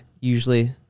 usually